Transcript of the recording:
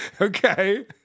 Okay